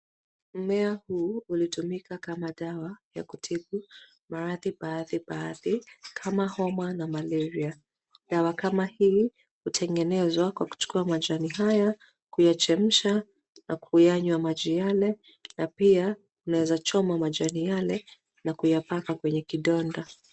Mmea huu ulitumika kama dawa ya kutibu maradhi mbali mbali kama homa na malaria dawa kama hii hutengenezwa kwa kuchukua majani haya kuyachemsha na kuyanywa maji yale na pia unaweza choma majani yale na kuyapaka kwenye kidonda.